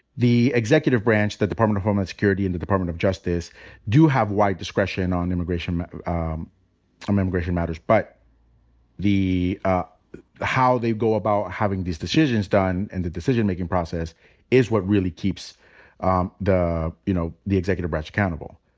the executive branch, the department of homeland security, and the department of justice do have wide discretion on immigrant um um um immigrant and matters. but ah how they go about having these decisions done and the decision making process is what really keeps um the you know the executive branch accountable.